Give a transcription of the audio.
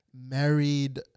married